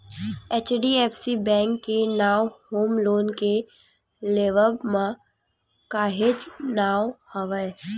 HDFC bank के नांव home loan के लेवब म काहेच नांव हवय